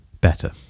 Better